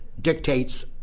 dictates